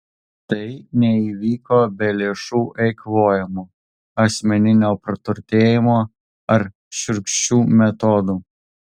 tai neįvyko be lėšų eikvojimo asmeninio praturtėjimo ar šiurkščių metodų